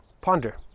Ponder